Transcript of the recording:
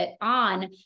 On